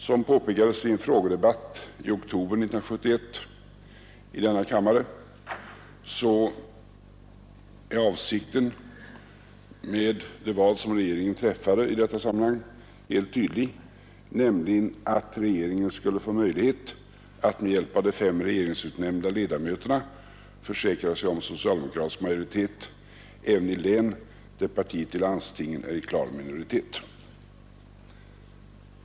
Som påpekades i en frågedebatt i oktober 1971 i denna kammare är avsikten med det val som regeringen träffat i detta sammanhang helt tydlig, nämligen att regeringen skulle få möjlighet att med hjälp av de fem regeringsutnämnda ledamöterna försäkra sig om socialdemokratisk majoritet även i län där partiet i landstinget är i klar minoritet.